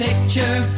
picture